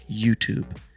YouTube